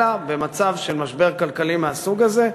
אלא במצב של משבר כלכלי מהסוג הזה.